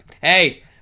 hey